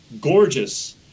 gorgeous